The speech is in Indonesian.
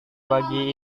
bagi